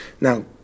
Now